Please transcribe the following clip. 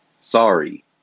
Sorry